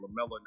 Lamella